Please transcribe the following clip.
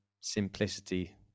simplicity